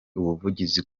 ubuvugizi